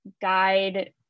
guide